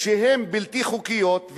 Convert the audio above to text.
שהן בלתי חוקיות,